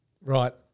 Right